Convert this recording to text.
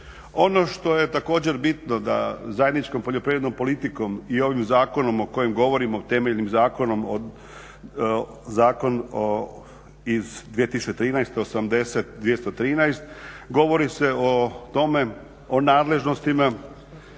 Ono što je također bitno da zajedničkom poljoprivrednom politikom i ovim Zakonom o kojem govorimo temeljnim zakon iz 2013. osamdeset dvjesto trinaest govori se o tome, o nadležnostima,